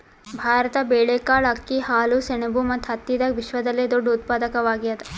ಭಾರತ ಬೇಳೆಕಾಳ್, ಅಕ್ಕಿ, ಹಾಲು, ಸೆಣಬು ಮತ್ತು ಹತ್ತಿದಾಗ ವಿಶ್ವದಲ್ಲೆ ದೊಡ್ಡ ಉತ್ಪಾದಕವಾಗ್ಯಾದ